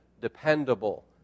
dependable